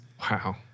Wow